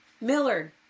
Millard